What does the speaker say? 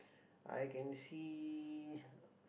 I can see